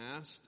asked